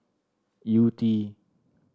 Yew Tee